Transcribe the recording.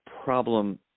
Problem